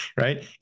right